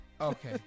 Okay